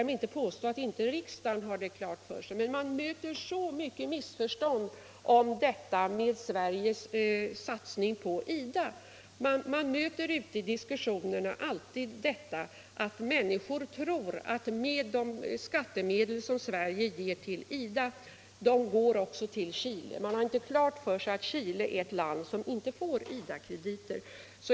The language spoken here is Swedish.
Jag påstår inte att man här i riksdagen inte har klart för sig hur biståndssatsningarna går till, men man möter så ofta missuppfattningar när det gäller Sveriges satsningar på IDA. Vid samtal och diskussioner ute i landet finner man ofta att människor tror att de skattemedel som Sverige ger till IDA också går till Chile. Man har inte klart för sig att Chile är ett land som inte får IDA-krediter.